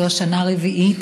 זו השנה הרביעית,